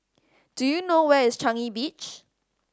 do you know where is Changi Beach